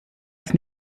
ist